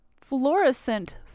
Fluorescent